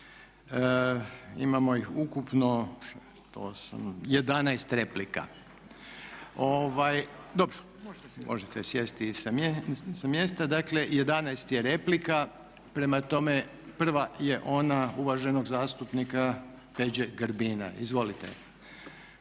Imamo ih ukupno 11 replika. Dobro, možete sjesti i sa mjesta. Dakle 11 je replika, prema tome prva je ona uvaženog zastupnika Peđe Grbina. Izvolite.